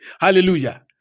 Hallelujah